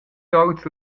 sorts